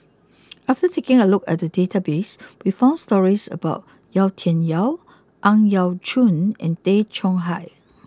after taking a look at the database we found stories about Yau Tian Yau Ang Yau Choon and Tay Chong Hai